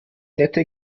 nette